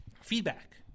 feedback